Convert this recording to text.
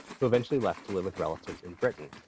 who eventually left to live with relatives in britain.